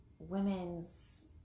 women's